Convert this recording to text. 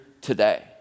today